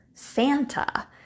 santa